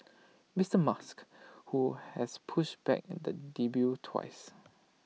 Mister musk who has pushed back the debut twice